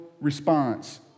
response